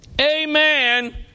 Amen